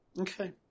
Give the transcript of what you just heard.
Okay